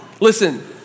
listen